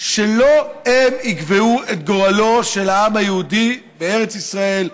שלא הם יקבעו את גורלו של העם היהודי בארץ ישראל,